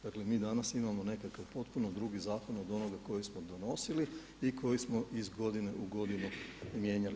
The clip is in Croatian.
Dakle mi danas imamo nekakav potpuno drugi zakon od onoga koji smo donosili i koji smo iz godine u godinu mijenjali.